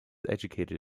educated